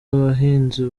abahinzi